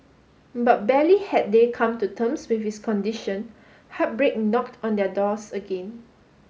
but barely had they come to terms with his condition heartbreak knocked on their doors again